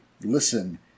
listen